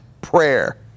prayer